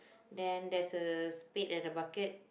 then there's a spade and a bucket